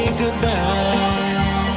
goodbye